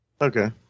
okay